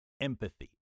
empathy